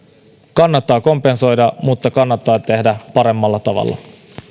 kannattaa kompensoida mutta kannattaa tehdä paremmalla tavalla